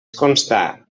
constar